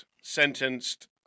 sentenced